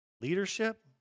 Leadership